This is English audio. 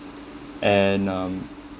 and um